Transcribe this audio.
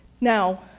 Now